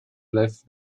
left